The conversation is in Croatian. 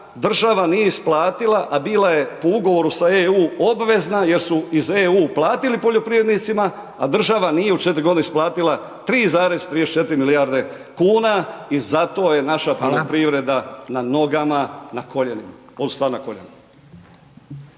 država nije isplatila, a bila je po ugovoru sa EU obvezna jer su iz EU platili poljoprivrednicima, a država nije u 4 godine isplatila 3,34 milijarde kuna i zato je naša poljoprivreda .../Upadica: Hvala./... na nogama, na koljenima.